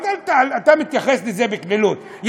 אתה מתייחס לזה בקלילות.